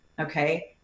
Okay